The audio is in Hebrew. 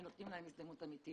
הם נותנים להם הזדמנות אמתית.